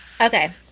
Okay